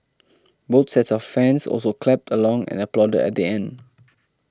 both sets of fans also clapped along and applauded at the end